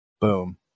Boom